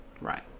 Right